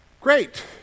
Great